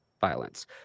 violence